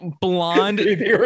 blonde